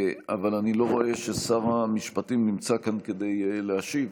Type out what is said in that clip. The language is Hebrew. אבל אני לא רואה ששר המשפטים נמצא כאן כדי להשיב,